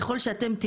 ככל שאתם,